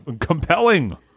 Compelling